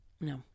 No